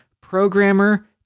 programmer